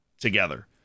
together